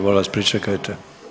Molim vas pričekajte.